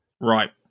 Right